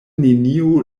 neniu